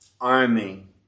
army